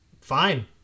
fine